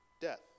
death